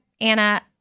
Anna